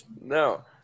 No